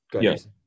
yes